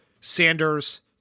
Sanders –